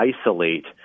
isolate